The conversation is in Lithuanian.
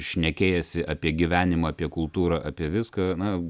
šnekėjęsi apie gyvenimą apie kultūrą apie viską na